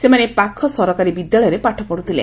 ସେମାନେ ପାଖ ସରକାରୀ ବିଦ୍ୟାଳୟରେ ପାଠ ପଢୁଥିଲେ